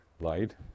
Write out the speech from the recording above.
light